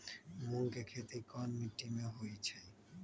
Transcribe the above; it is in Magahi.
मूँग के खेती कौन मीटी मे होईछ?